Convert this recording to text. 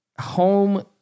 home